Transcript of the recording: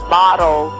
model